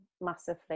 massively